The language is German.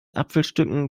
apfelstücken